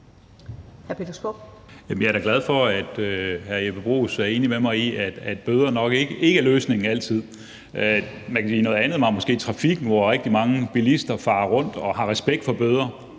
Jeg er da glad for, at hr. Jeppe Bruus er enig med mig i, at bøder nok ikke altid er løsningen. Man kan måske sige, at noget andet var i trafikken, hvor rigtig mange bilister farer rundt og har respekt for bøder,